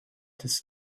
des